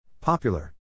Popular